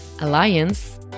alliance